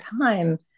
time